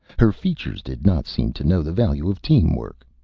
her features did not seem to know the value of team work.